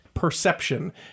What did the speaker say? perception